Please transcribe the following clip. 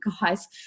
guys